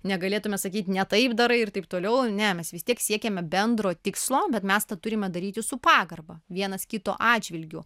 negalėtume sakyt ne taip darai ir taip toliau ne mes vis tiek siekiame bendro tikslo bet mes tą turime daryti su pagarba vienas kito atžvilgiu